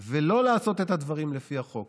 ולא לעשות את הדברים לפי החוק